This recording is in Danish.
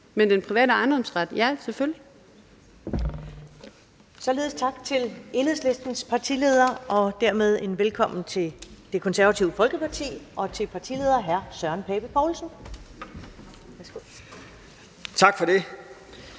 Første næstformand (Karen Ellemann): Således tak til Enhedslistens partileder, og dermed velkommen til Det Konservative Folkeparti og til partileder hr. Søren Pape Poulsen. Kl.